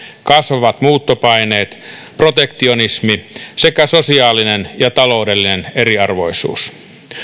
kasvavat muuttopaineet protektionismi sekä sosiaalinen ja taloudellinen eriarvoisuus